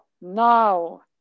now